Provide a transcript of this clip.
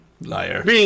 Liar